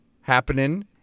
happening